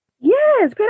Yes